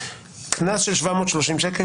קנס של 730 ש"ח?